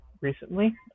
recently